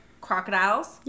crocodiles